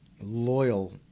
loyal